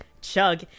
chug